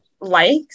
likes